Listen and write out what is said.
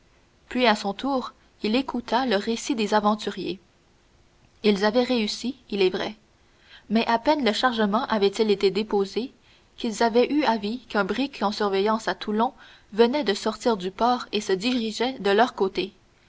puis à son tour il écouta le récit des aventuriers ils avaient réussi il est vrai mais à peine le chargement avait-il été déposé qu'ils avaient eu avis qu'un brick en surveillance à toulon venait de sortir du port et se dirigeait de leur côté